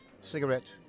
Cigarette